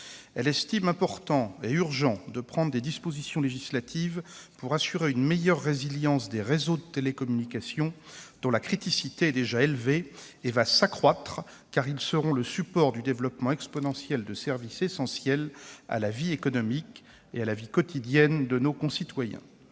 Elle estime important et urgent de prendre des dispositions législatives pour assurer une meilleure résilience des réseaux de télécommunications, dont la criticité est déjà élevée et va s'accroître, car ils seront le support du développement exponentiel de services essentiels à la vie économique et à la vie quotidienne de nos concitoyens.